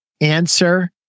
answer